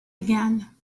again